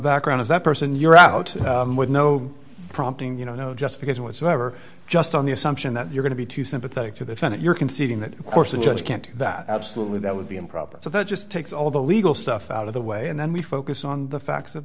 background as that person you're out with no prompting you know just because whatsoever just on the assumption that you're going to be too sympathetic to the front you're conceding that of course the judge can't that absolutely that would be improper so that just takes all the legal stuff out of the way and then we focus on the facts of